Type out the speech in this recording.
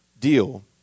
deal